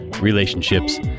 Relationships